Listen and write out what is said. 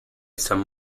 some